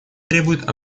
требует